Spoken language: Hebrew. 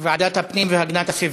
לוועדת הפנים והגנת הסביבה.